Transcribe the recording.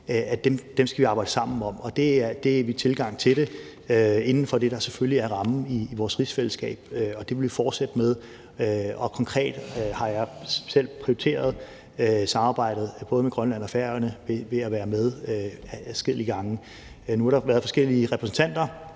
skal arbejde sammen om dem. Det er min tilgang til det, selvfølgelig inden for det, der er rammen i vores rigsfællesskab, og det vil vi fortsætte med. Konkret har jeg selv prioriteret samarbejdet både med Grønland og Færøerne ved at være med adskillige gange. Nu har der været forskellige repræsentanter